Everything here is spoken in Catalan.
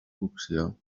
cocció